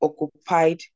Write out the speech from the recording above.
occupied